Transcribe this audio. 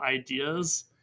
ideas